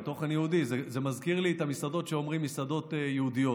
זה מזכיר לי שאומרים "מסעדות יהודיות".